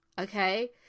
okay